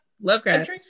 Lovecraft